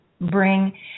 bring